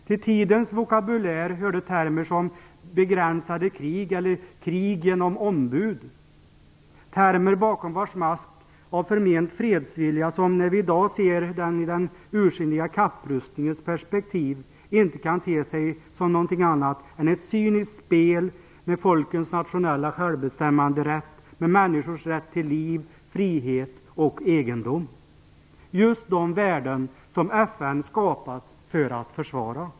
Till tidens vokabulär hörde termer som "begränsade krig" eller "krig genom ombud" - termer bakom vars mask av förment fredsvilja som, när vi i dag ser den i den ursinniga kapprustningens perspektiv, inte kan te sig som något annat än ett cyniskt spel med folkens nationella självbestämmanderätt, med människors rätt till liv, frihet och egendom - just de värden som FN är skapat för att försvara.